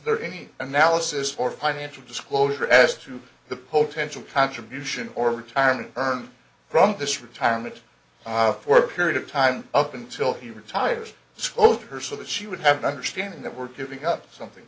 there any analysis or financial disclosure asked to the pope pension contribution or retirement earned from this retirement for a period of time up until he retires scold her so that she would have an understanding that we're giving up something